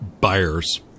Buyers